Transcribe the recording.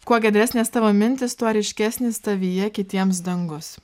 kuo giedresnės tavo mintys tuo ryškesnis tavyje kitiems dangus